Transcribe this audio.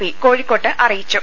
P കോഴിക്കോട്ട് അറിയിച്ചു